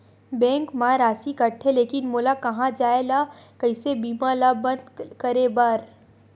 Bank मा राशि कटथे लेकिन मोला कहां जाय ला कइसे बीमा ला बंद करे बार?